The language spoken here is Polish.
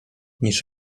niż